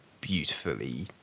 beautifully